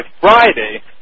Friday